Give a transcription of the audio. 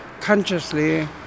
consciously